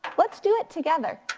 let's do it together.